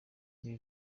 ibi